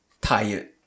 Tired